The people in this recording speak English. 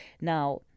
Now